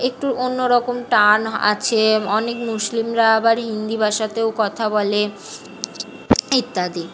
একটু অন্যরকম টান আছে অনেক মুসলিমরা আবার হিন্দি ভাষাতেও কথা বলে ইত্যাদি